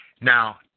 Now